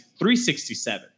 367